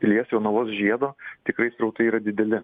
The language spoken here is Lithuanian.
pilies jonavos žiedo tikrai srautai yra dideli